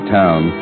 town